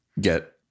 get